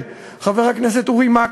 חבר הכנסת עיסאווי פריג',